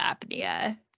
apnea